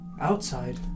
Outside